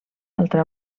altra